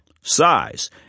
size